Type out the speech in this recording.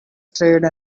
trade